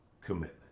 commitment